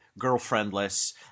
girlfriendless